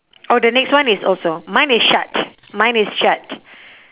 oh the next one is also mine is shut mine is shut